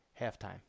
Halftime